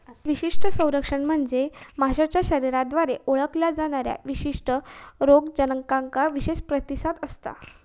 विशिष्ट संरक्षण म्हणजे माशाच्या शरीराद्वारे ओळखल्या जाणाऱ्या विशिष्ट रोगजनकांका विशेष प्रतिसाद असता